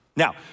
Now